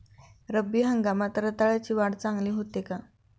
रब्बी हंगामात रताळ्याची वाढ चांगली होते का?